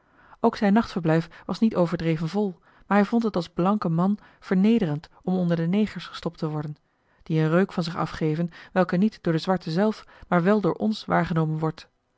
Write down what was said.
ook zijn nachtverblijf was niet overdreven vol maar hij vond het als blanke man vernederend om onder de negers gestopt te worden die een reuk van zich afgeven welke niet door de zwarten zelf maar wel door ons waargenomen wordt